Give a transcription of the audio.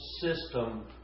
system